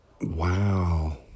wow